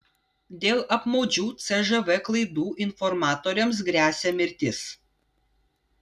dėl apmaudžių cžv klaidų informatoriams gresia mirtis